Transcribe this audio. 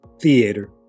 Theater